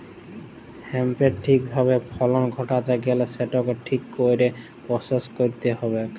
হ্যাঁম্পের ঠিক ভাবে ফলল ঘটাত্যে গ্যালে সেটকে ঠিক কইরে পরসেস কইরতে হ্যবেক